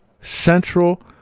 central